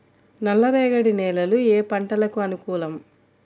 నల్లరేగడి నేలలు ఏ పంటలకు అనుకూలం?